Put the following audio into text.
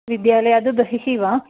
विद्यालयाद् बहिः वा